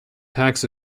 tax